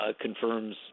confirms